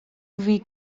bhí